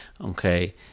okay